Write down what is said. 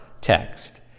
text